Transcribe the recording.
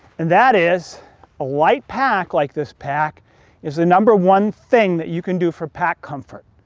and that is a light pack like this pack is the number one thing that you can do for pack comfort.